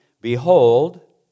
behold